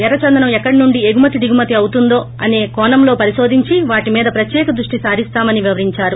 ఎర్రచందనం ఎక్కడినుండి ఎగుమతి దిగుమతి అవుతుందో అసే కోణంలో పరిశోధించివాటిమీద ప్రత్యేక దృష్టి సారిస్తామని వివరించారు